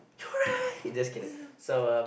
just kidding so um